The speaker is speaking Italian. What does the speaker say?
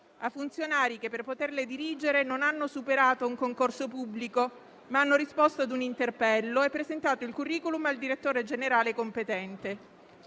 a funzionari che per poterle dirigere non hanno superato un concorso pubblico, ma hanno risposto ad un interpello e presentato il *curriculum* al direttore generale competente.